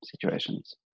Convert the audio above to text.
situations